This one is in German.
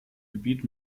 gebiet